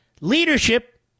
leadership